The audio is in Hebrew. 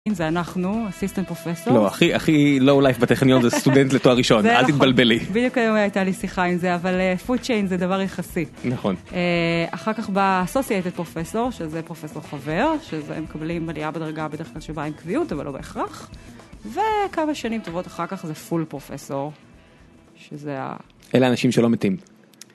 אם זה אנחנו assistant professor. לא, הכי הכי low life בטכניון זה סטודנט לתואר ראשון, אל תתבלבלי. זה נכון. בדיוק היום היתה לי שיחה עם זה אבל food chain זה דבר יחסי. נכון. אחר כך בא associated professor שזה פרופסור חבר שהם מקבלים עלייה בדרגה שבדרך כלל באה עם קביעות אבל לא בהכרח וכמה שנים טובות אחר כך זה full professor שזה ה... אלה האנשים שלא מתים.